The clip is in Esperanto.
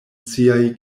siaj